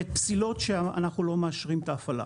פסילות שאנחנו לא מאשרים את ההפעלה.